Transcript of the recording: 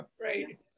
Right